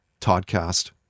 Toddcast